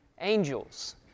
angels